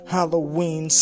Halloween